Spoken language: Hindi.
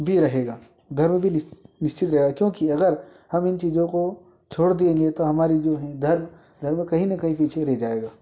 भी रहेगा धर्म भी निस निश्चित रहेगा क्योंकि अगर हम इन चीज़ों को छोड़ देंगे तो हमारे जो हैं धर्म धर्म कहीं न कहीं पीछे रह जाएगा